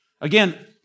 Again